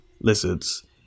lizards